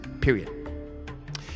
period